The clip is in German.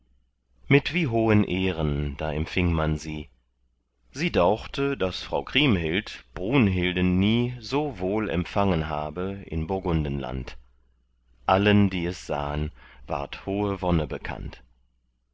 mit wie hohen ehren da empfing man sie sie dauchte daß frau kriemhild brunhilden nie so wohl empfangen habe in burgundenland allen die es sahen ward hohe wonne bekannt